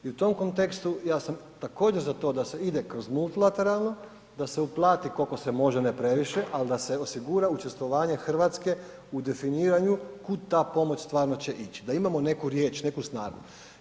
I u tom kontekstu ja sam također za to da se ide kroz multilateralno da se uplati koliko se može, ne previše, ali da se osigura učestvovanje Hrvatske u definiranju kud ta pomoć stvarno će ići, da imamo neku riječ, neku snagu.